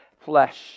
flesh